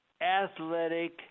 athletic